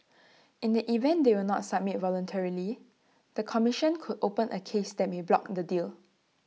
in the event they will not submit voluntarily the commission could open A case that may block in the deal